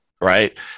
right